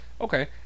Okay